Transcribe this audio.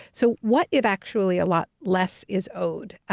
so what it actually, a lot less is owed,